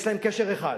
יש להם קשר אחד,